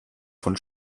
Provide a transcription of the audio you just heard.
von